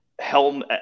Helm